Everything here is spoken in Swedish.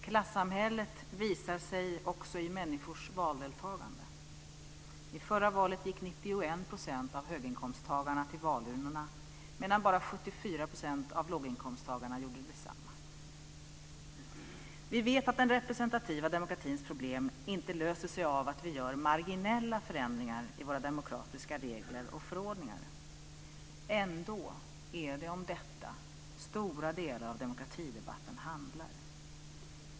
Klassamhället visar sig också i människors valdeltagande. I förra valet gick 91 % av höginkomsttagarna till valurnorna, medan bara 74 % av låginkomsttagarna gjorde detsamma. Vi vet att den representativa demokratins problem inte löser sig av att vi gör marginella förändringar i våra demokratiska regler och förordningar. Ändå är det om detta som stora delar av demokratidebatten handlar.